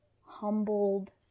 humbled